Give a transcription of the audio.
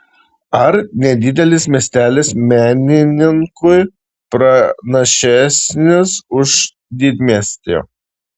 ar nedidelis miestelis menininkui pranašesnis už didmiestį